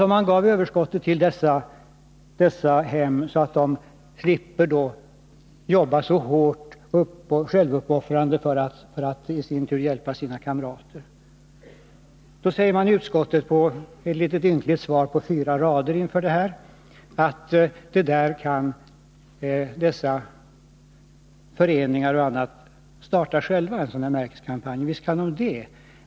Om man gav överskottet från försäljningen av märket till dessa hem, slapp de som arbetar där jobba så hårt och självuppoffrande för att i sin tur hjälpa sina kamrater. Utskottet säger i ett litet ynkligt svar på fyra rader att föreningar och andra själva kan starta en sådan här märkeskampanj. Ja, visst kan de göra det.